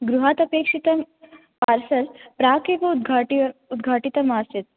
गृहातपेक्षितं parcel प्राकेव उद्घाट्य उद्घाटितमासीत्